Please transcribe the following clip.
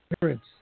Parents